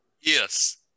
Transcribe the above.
Yes